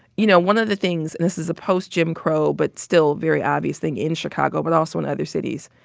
you know, one of the things and this is a post-jim crow but still very obvious thing in chicago but also in other cities.